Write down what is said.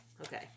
Okay